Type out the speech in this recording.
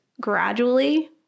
gradually